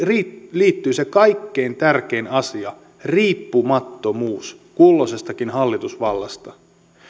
liittyy se kaikkein tärkein asia riippumattomuus kulloisestakin hallitusvallasta